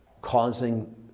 causing